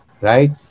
right